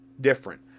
different